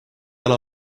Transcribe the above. aga